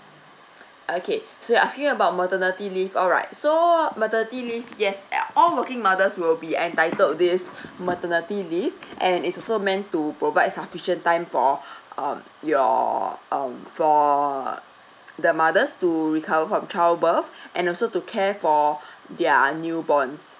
okay so you're asking about maternity leave alright so maternity leave yes all working mothers will be entitled this maternity leave and is also meant to provide sufficient time for uh your um for the mothers to recover from childbirth and also to care for their newborns